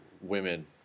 women